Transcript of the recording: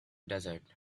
desert